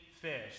fish